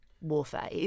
warfare